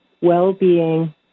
well-being